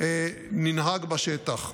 ננהג בשטח.